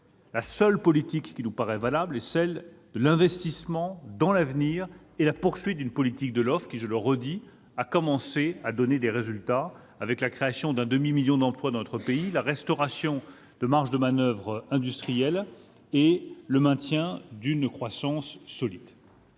la seule politique qui nous paraît valable est celle de l'investissement dans l'avenir et de la poursuite d'une politique de l'offre, qui, je le redis, a commencé à donner des résultats, avec la création d'un demi-million d'emplois dans notre pays, la restauration de marges de manoeuvre industrielles et le maintien d'une croissance solide.